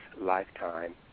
lifetime